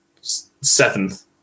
seventh